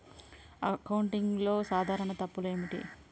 అకౌంటింగ్లో సాధారణ తప్పులు ఏమిటి?